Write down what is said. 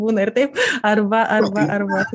būna ir taip arba arba arba